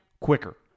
quicker